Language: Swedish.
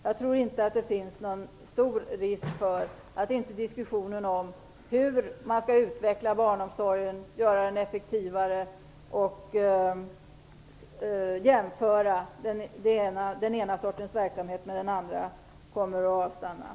Jag tror inte att det finns någon stor risk för att diskussionen om hur barnomsorgen skall utvecklas och göras effektivare kommer att avstanna. Detsamma gäller jämförelserna mellan den ena och den andra sortens verksamheter.